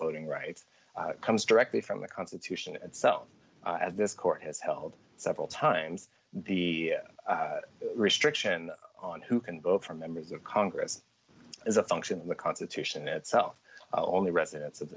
voting rights comes directly from the constitution itself as this court has held several times the restriction on who can vote for members of congress is a function of the constitution itself only residents of